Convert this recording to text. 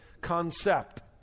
concept